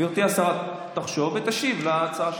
גברתי השרה תחשוב ותשיב להצעה שלי.